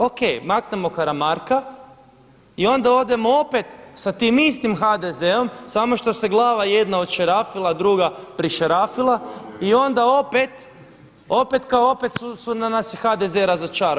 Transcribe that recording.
O.K, maknemo Karamarka i onda odemo opet sa tim istim HDZ-om samo što se glava jedna odšarafila, druga prišarafila i onda opet, kao opet nas je HDZ razočarao.